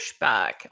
pushback